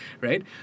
right